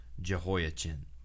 Jehoiachin